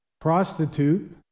prostitute